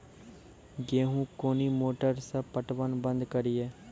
गेहूँ कोनी मोटर से पटवन बंद करिए?